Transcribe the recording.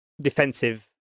defensive